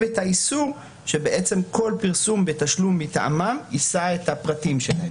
את האיסור שכל פרסום בתשלום מטעמם יישא את הפרטים שלהם.